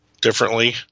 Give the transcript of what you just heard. differently